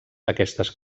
aquestes